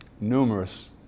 numerous